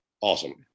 Awesome